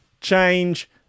change